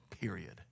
period